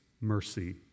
mercy